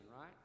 right